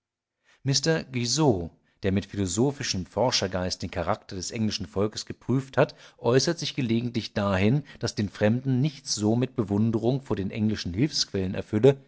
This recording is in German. mr guizot der mit philosophischem forschergeist den charakter des englischen volkes geprüft hat äußert sich gelegentlich dahin daß den fremden nichts so mit bewunderung vor den englischen hilfsquellen erfülle